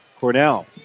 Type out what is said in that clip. Cornell